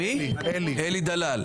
אלי דלל.